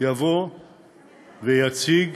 יבוא ויציג